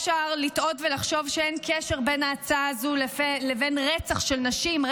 אפשר לטעות ולחשוב שאין קשר בין ההצעה הזו לבין רצח של נשים,